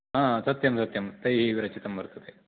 हा सत्यं सत्यं तैः विरचितं वर्तते